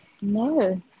No